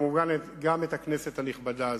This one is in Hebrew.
וכמובן גם את הכנסת הנכבדה הזאת.